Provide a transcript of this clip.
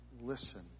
listen